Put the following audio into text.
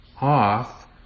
off